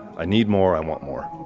i need more, i want more.